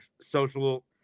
social